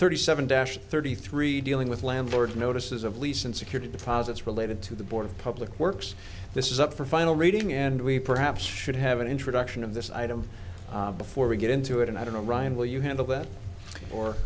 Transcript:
thirty seven dash thirty three dealing with landlord notices of lease and security deposits related to the board of public works this is up for final reading and we perhaps should have an introduction of this item before we get into it and i don't know ryan will you handle that or